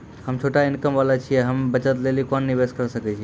हम्मय छोटा इनकम वाला छियै, हम्मय बचत लेली कोंन निवेश करें सकय छियै?